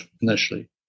initially